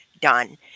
Done